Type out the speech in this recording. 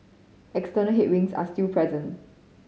external headwinds are still present